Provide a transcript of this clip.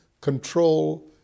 control